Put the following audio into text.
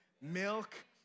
milk